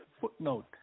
footnote